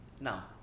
now